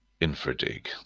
InfraDig